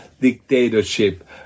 dictatorship